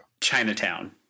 Chinatown